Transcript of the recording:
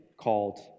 called